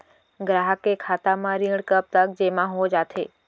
ग्राहक के खाता म ऋण कब तक जेमा हो जाथे?